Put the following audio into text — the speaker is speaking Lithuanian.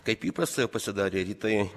kaip įprasta jau pasidarė rytai